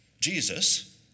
Jesus